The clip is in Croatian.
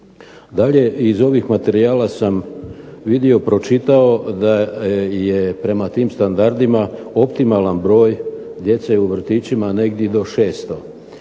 Dalje, iz ovih materijala sam vidio, pročitao da je prema tim standardima optimalan broj djece u vrtićima negdje do 600,